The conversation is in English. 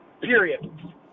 period